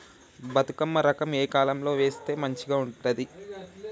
బతుకమ్మ రకం ఏ కాలం లో వేస్తే మంచిగా ఉంటది?